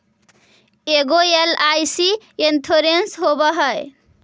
ऐगो LIC insurance होव है?